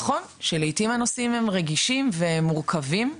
נכון שלעיתים הנושאים הם רגישים ומורכבים,